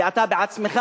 ואתה בעצמך,